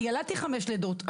אני ילדתי חמש לידות,